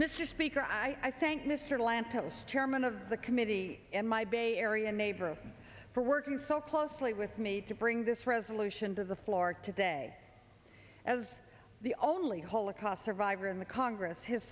speaker i thank mr lantos chairman of the committee in my bay area neighbor for working so closely with me to bring this resolution to the floor today as the only holocaust survivor in the congress his